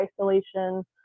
isolation